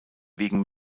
wegen